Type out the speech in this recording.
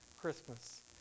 Christmas